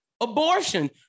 Abortion